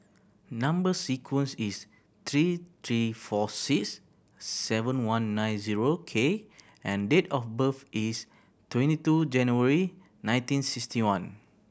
number sequence is three T four six seven one nine zero K and date of birth is twenty two January nineteen sixty one